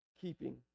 keeping